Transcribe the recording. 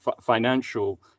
financial